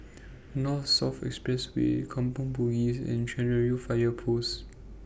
North South Expressway Kampong Bugis and Cairnhill Fire Post